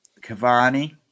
Cavani